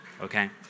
Okay